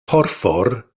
porffor